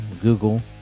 Google